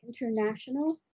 international